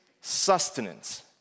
sustenance